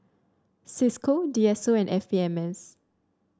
Cisco D S O and F P M S